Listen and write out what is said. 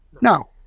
No